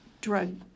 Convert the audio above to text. drug